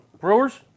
Brewers